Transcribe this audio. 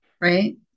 right